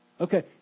Okay